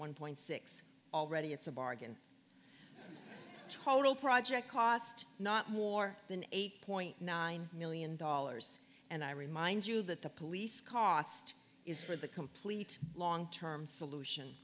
one point six already it's a bargain total project cost not more than eight point nine million dollars and i remind you that the police cost is for the complete long term solution